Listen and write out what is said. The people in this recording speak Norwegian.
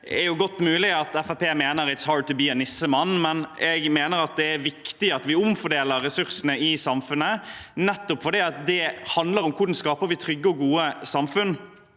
Det er godt mulig at Fremskrittspartiet mener at «it’s hard to be a nissemann», men jeg mener at det er viktig at vi omfordeler ressursene i samfunnet, nettopp fordi det handler om hvordan vi skaper trygge og gode samfunn.